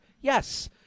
Yes